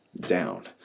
down